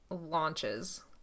launches